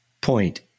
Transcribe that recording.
point